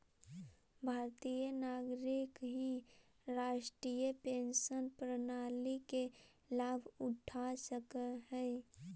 भारतीय नागरिक ही राष्ट्रीय पेंशन प्रणाली के लाभ उठा सकऽ हई